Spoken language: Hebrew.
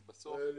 כי בסוף זו